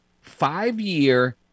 five-year